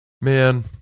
Man